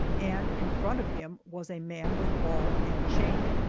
and in front of him was a man with ball and chain.